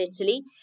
Italy